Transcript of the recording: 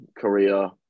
korea